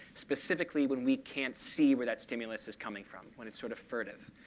specifically when we can't see where that stimulus is coming from, when it's sort of furtive.